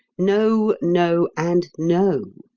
no, no, and no!